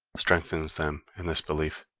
strengthens them in this belief.